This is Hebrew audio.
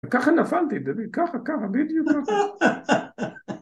ככה נפלתי, דבי, ככה, ככה, בדיוק ככה.